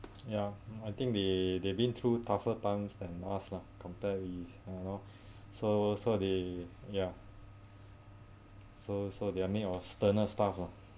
ya I think they they've been through tougher times than us lah compare with you know so so they ya so so they're made of sterner stuff lah